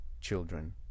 children